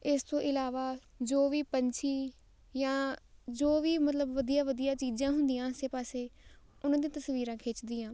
ਇਸ ਤੋਂ ਇਲਾਵਾ ਜੋ ਵੀ ਪੰਛੀ ਜਾਂ ਜੋ ਵੀ ਮਤਲਬ ਵਧੀਆ ਵਧੀਆ ਚੀਜ਼ਾਂ ਹੁੰਦੀਆਂ ਆਸੇ ਪਾਸੇ ਉਹਨਾਂ ਦੀ ਤਸਵੀਰਾਂ ਖਿੱਚਦੀ ਹਾਂ